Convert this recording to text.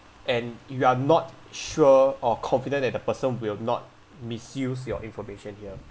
and you're not sure or confident that the person will not misuse your information here